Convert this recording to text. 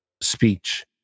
speech